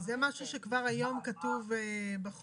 זה משהו שכבר היום כתוב בחוק,